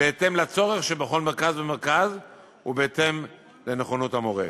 בהתאם לצורך בכל מרכז ומרכז ובהתאם לנכונות המורה.